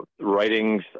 writings